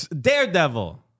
Daredevil